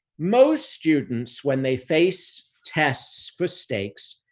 most students, when they face tests for stakes,